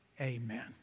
amen